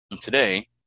today